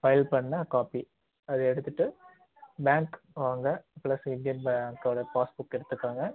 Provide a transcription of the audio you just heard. file பண்ண copy அதை எடுத்துகிட்டு பேங்க் வாங்க ப்ளஸ் இந்தியன் பேங்க்கோட பாஸ்புக் எடுத்துக்கோங்க